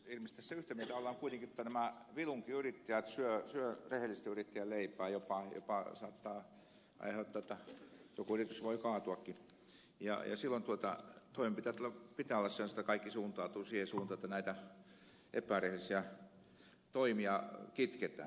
ilmeisesti tässä yhtä mieltä ollaan kuitenkin siitä että nämä vilunkiyrittäjät syövät rehellisten yrittäjien leipää jopa saattavat aiheuttaa sen jotta joku yritys voi kaatuakin ja silloin toimenpiteitten pitää olla sellaiset että kaikki suuntautuu siihen suuntaan että näitä epärehellisiä toimia kitketään